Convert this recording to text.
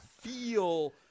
feel